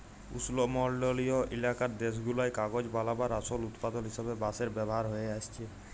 উস্লমলডলিয় ইলাকার দ্যাশগুলায় কাগজ বালাবার আসল উৎপাদল হিসাবে বাঁশের ব্যাভার হঁয়ে আইসছে